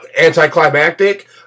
anticlimactic